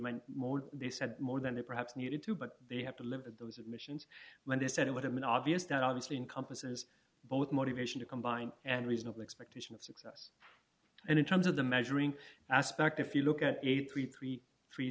meant more they said more than they perhaps needed to but they have to look at those admissions when they said it would have been obvious that obviously encompasses both motivation to combine and reasonable expectations and in terms of the measuring aspect if you look at eighty three th